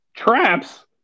Traps